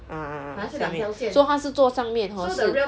uh uh uh 下面 so 他是坐上面 hor 是